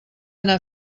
anar